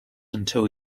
until